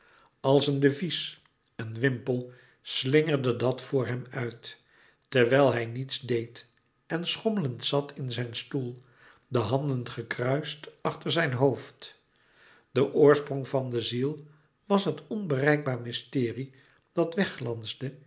als een devies een wimpel slingerde dat voor hem uit terwijl hij niets deed en schommelend zat in zijn stoel de handen gekruist achter zijn hoofd de oorsprong van de ziel was het onbereikbaar mysterie dat